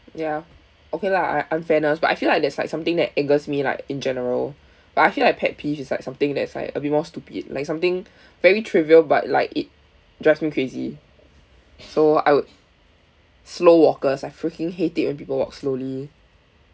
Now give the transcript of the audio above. ya okay lah un~ unfairness but I feel like that's like something that angers me like in general but I feel like pet peeves is like something that's like a bit more stupid like something very trivial but like it drives me crazy so I would slow walkers I freaking hate it when people walk slowly